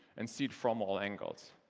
and see it from all angles.